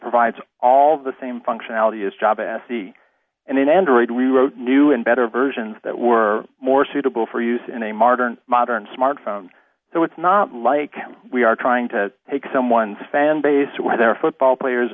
provides all the same functionality as job se and in android we wrote new and better versions that were more suitable for use in a modern modern smartphone so it's not like we are trying to take someone's fan base to where their football players